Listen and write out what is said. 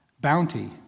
bounty